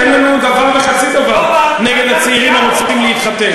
אין לנו דבר וחצי דבר נגד הצעירים הרוצים להתחתן.